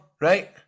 right